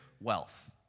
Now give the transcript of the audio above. wealth